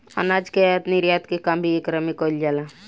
अनाज के आयत निर्यात के काम भी एकरा में कईल जाला